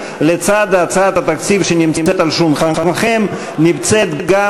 לצד הצעת התקציב שנמצאת על שולחנכם נמצא גם